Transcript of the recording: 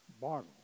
Bottle